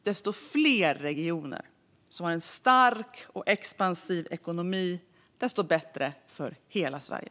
Ju fler regioner som har en stark och expansiv ekonomi, desto bättre för hela Sverige.